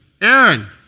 Aaron